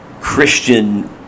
Christian